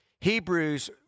Hebrews